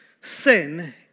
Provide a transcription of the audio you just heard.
sin